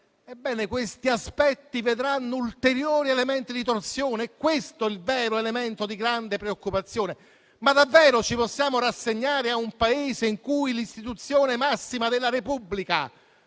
questi aspetti vedranno ulteriori elementi di torsione. È questo il vero elemento di grande preoccupazione. Ma davvero ci possiamo rassegnare a un Paese in cui l'istituzione massima della Repubblica